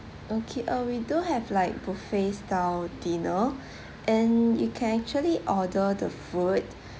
okay uh we do have like buffet style dinner and you can actually order the food